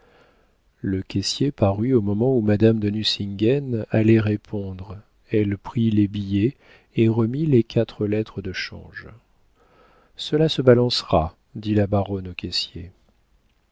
le caissier parut au moment où madame de nucingen allait répondre elle prit les billets et remit les quatre lettres de change cela se balancera dit la baronne au caissier